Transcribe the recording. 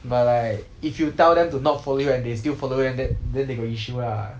but like if you tell them to not follow you and they still follow then that they got issue lah